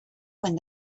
when